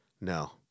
No